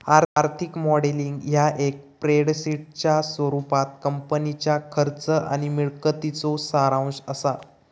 आर्थिक मॉडेलिंग ह्या एक स्प्रेडशीटच्या स्वरूपात कंपनीच्या खर्च आणि मिळकतीचो सारांश असा